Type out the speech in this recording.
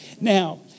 Now